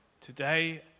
Today